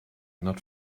not